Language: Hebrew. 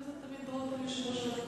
חבר הכנסת דוד רותם,